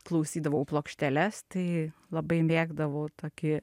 klausydavau plokšteles tai labai mėgdavau tokį